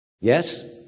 Yes